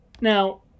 Now